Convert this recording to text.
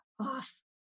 off